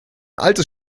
altes